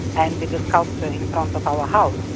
and with the sculpture in front of our house.